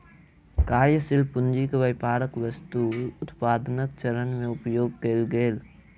कार्यशील पूंजी के व्यापारक वस्तु उत्पादनक चरण में उपयोग कएल गेल